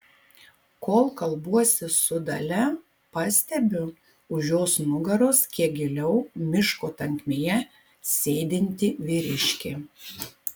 kol kalbuosi su dalia pastebiu už jos nugaros kiek giliau miško tankmėje sėdintį vyriškį